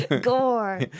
gore